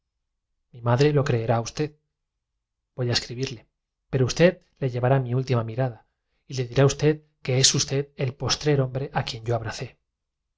mi madre lo creerá usted a voy a escribirle pero usted le uevará mi última mirada y le dirá usted que es usted el postrer hombre a quien yo abracé